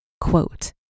quote